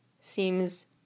seems